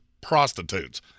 prostitutes